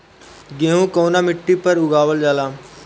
गेहूं कवना मिट्टी पर उगावल जाला?